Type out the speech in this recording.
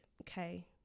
okay